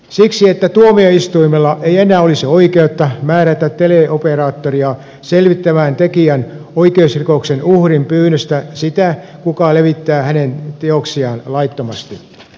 siksi että tuomioistuimella ei enää olisi oikeutta määrätä teleoperaattoria selvittämään tekijänoikeusrikoksen uhrin pyynnöstä sitä kuka levittää hänen teoksiaan laittomasti